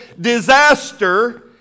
disaster